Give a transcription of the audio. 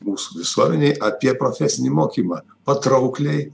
mūsų visuomenėj apie profesinį mokymą patraukliai